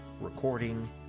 recording